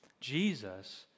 Jesus